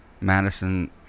Madison